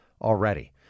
already